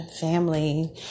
family